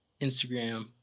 Instagram